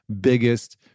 biggest